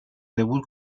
debut